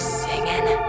singing